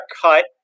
cut